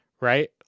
right